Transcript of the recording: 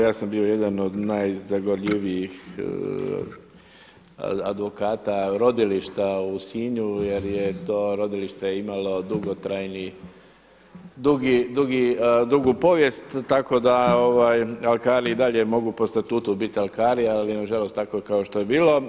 Ja sam bio jedan od najzagorljivijih advokata Rodilišta u Sinju jer je to rodilište imalo dugotrajni dugu povijest, tako da alkari i dalje mogu po statutu biti alkari, ali nažalost je tako kao što je bilo.